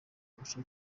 gace